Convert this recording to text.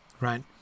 right